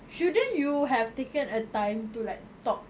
shouldn't you have taken a time to like talk